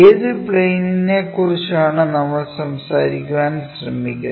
ഏത് പ്ലെയിനിനെ കുറിച്ചാണ് നമ്മൾ സംസാരിക്കാൻ ശ്രമിക്കുന്നത്